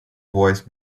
voice